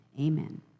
Amen